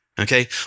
Okay